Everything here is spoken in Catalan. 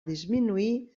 disminuir